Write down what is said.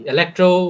Electro